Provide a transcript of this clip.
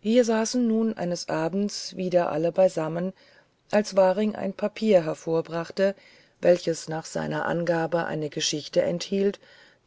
hier saßen nun eines abends wieder alle beisammen als waring ein papier hervorbrachte welches nach seiner angabe eine geschichte enthielt